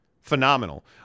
Phenomenal